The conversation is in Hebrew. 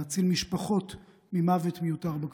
להציל משפחות ממוות מיותר בכבישים.